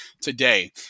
today